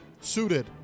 suited